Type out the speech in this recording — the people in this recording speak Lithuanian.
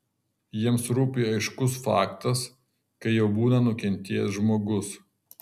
jiems rūpi aiškus faktas kai jau būna nukentėjęs žmogus